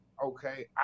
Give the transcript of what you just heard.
okay